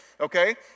Okay